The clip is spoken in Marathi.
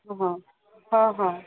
हां हां हां